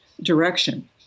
direction